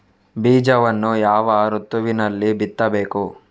ಬೀಜವನ್ನು ಯಾವ ಋತುವಿನಲ್ಲಿ ಬಿತ್ತಬೇಕು?